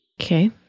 Okay